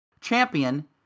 champion